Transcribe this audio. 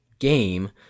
game